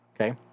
Okay